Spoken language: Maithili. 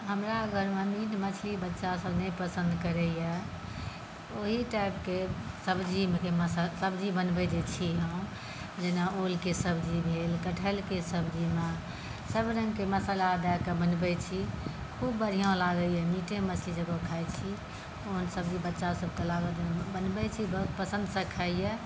हमरा घरमे मीट मछली बच्चासभ नहि पसन्द करैए ओही टाइपके सब्जी बनबैत जे छी हम जेना ओलके सब्जी भेल कटहरके सब्जीमे सभरङ्गके मसाला दए कऽ बनबैत छी खूब बढ़िआँ लागैए मीटे मछली जकाँ खाइत छी ओल सब्जी बच्चासभके बनबैत छी बहुत पसन्दसँ खाइए